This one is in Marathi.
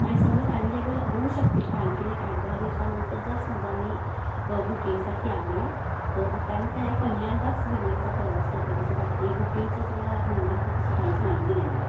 आणि सहज ॲव्हेलेबल होऊ शकतील का आणखीन एक आठदहा दिवसांनंतर जर समजा मी बुकिंगसाठी आले तर कारण काय आहे पहिल्यांदाच विमानाचा प्रवास करतो आहे तसं बाकी बुकिंगचंसुद्धा म्हणाल तर तशी काहीच माहिती नाही आहे